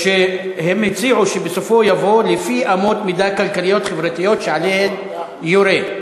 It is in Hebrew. שהציעו: "בסופו יבוא: 'לפי אמות מידה כלכליות-חברתיות שעליהן יורה'".